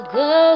go